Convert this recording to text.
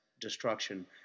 destruction